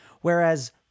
Whereas